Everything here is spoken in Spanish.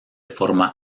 forma